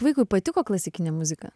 vaikui patiko klasikinė muzika